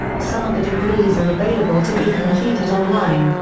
some of the degrees are available to be completed online,